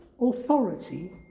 authority